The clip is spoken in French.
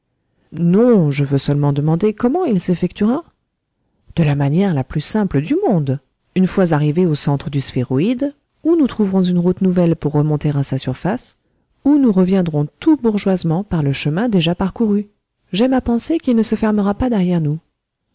non je veux seulement demander comment il s'effectuera de la manière la plus simple du monde une fois arrivés au centre du sphéroïde ou nous trouverons une route nouvelle pour remonter à sa surface ou nous reviendrons tout bourgeoisement par le chemin déjà parcouru j'aime à penser qu'il ne se fermera pas derrière nous